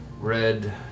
red